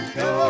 go